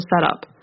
setup